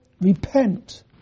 repent